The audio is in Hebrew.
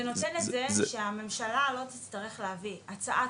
זה נותן את זה שהממשלה לא תצטרך להביא הצעת